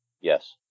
Yes